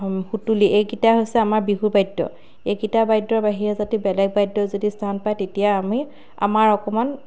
সুতুলি এইকেইটা হৈছে আমাৰ বিহুৰ বাদ্য এইকেইটা বাদ্যৰ বাহিৰে যাতে বেলেগ বাদ্যই যদি স্থান পায় তেতিয়া আমি আমাৰ অকণমান